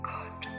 God